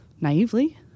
naively